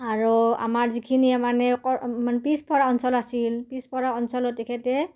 আৰু আমাৰ যিখিনি মানে মান পিছপৰা অঞ্চল আছিল পিছপৰা অঞ্চলত তেখেতে